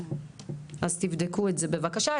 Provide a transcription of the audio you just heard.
אז תבדקו את זה, בבקשה.